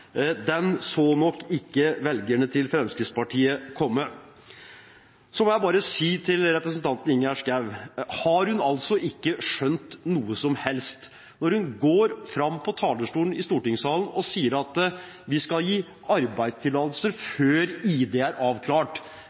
Den så nok ikke velgerne til Fremskrittspartiet komme. Så må jeg bare si til representanten Ingjerd Schou: Har hun altså ikke skjønt noe som helst når hun går fram på talerstolen i stortingssalen og sier at vi skal gi arbeidstillatelse før ID er avklart?